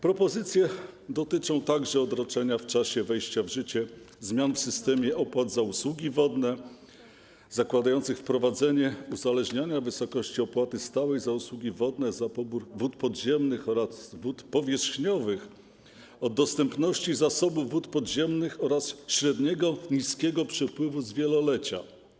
Propozycje zmian dotyczą także odroczenia w czasie wejścia w życie zmian w systemie opłat za usługi wodne zakładających wprowadzenie uzależniania wysokości opłaty stałej za usługi wodne, za pobór wód podziemnych oraz wód powierzchniowych od dostępności zasobów wód podziemnych oraz średniego niskiego przepływu z wielolecia.